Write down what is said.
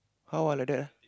how ah like that ah